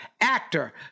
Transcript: actor